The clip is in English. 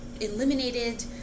eliminated